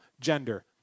gender